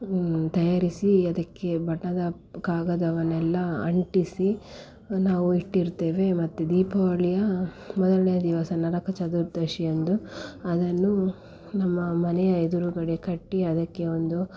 ತಯಾರಿಸಿ ಅದಕ್ಕೆ ಬಣ್ಣದ ಕಾಗದವನ್ನೆಲ್ಲಾ ಅಂಟಿಸಿ ನಾವು ಇಟ್ಟಿರ್ತೇವೆ ಮತ್ತು ದೀಪಾವಳಿಯ ಮೊದಲನೇ ದಿವಸ ನರಕ ಚತುರ್ದಶಿಯಂದು ಅದನ್ನು ನಮ್ಮ ಮನೆಯ ಎದುರುಗಡೆ ಕಟ್ಟಿ ಅದಕ್ಕೆ ಒಂದು